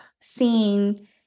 seeing